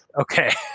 Okay